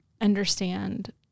understand